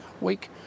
week